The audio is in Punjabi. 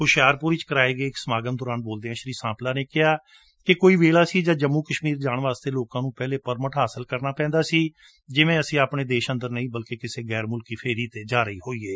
ਹੋਸ਼ਿਆਰਪੁਰ ਵਿੱਚ ਕਰਵਾਏ ਗਏ ਇੱਕ ਸਮਾਗਮ ਦੌਰਾਨ ਬੋਲਦਿਆਂ ਸ੍ਰੀ ਸਾਂਪਲਾ ਨੇ ਕਿਹਾ ਕਿ ਕੋਈ ਵੇਲਾ ਸੀ ਜਦ ਜੰਮੂ ਕਸ਼ਮੀਰ ਜਾਣ ਵਾਸਤੇ ਲੋਕਾਂ ਨੂੰ ਪਹਿਲਾਂ ਪਰਮਿਟ ਲੈਣਾ ਪੈਂਦਾ ਸੀ ਜਿਵੇਂ ਅਸੀ ਆਪਣੇ ਦੇਸ਼ ਅੰਦਰ ਨਹੀ ਬਲਕਿ ਕਿਸੇ ਗੈਰ ਮੁਲਕੀ ਫੇਰੀ 'ਤੇ ਜਾ ਰਹੇ ਹੋਈਏ